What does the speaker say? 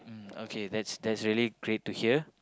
mm okay that's that's really great to hear